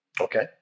Okay